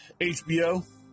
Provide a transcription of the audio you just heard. HBO